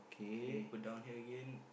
k then we go down here again